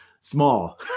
small